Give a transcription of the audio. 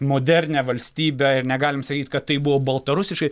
modernią valstybę ir negalim sakyt kad tai buvo baltarusiškai